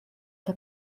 der